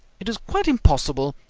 it is quite impossible.